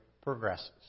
progresses